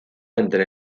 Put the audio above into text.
entre